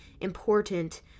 important